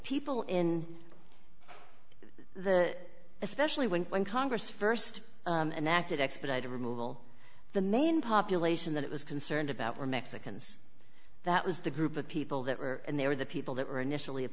people in the especially when when congress first and acted expedited removal the main population that it was concerned about were mexicans that was the group of people that were and they were the people that were initially